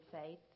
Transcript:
faith